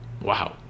wow